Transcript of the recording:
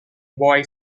boy